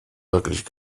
wirklich